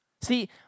See